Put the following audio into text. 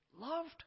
loved